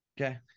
Okay